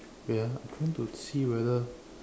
wait ah I trying to see whether